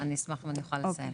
אני אשמח אם אני אוכל לסיים.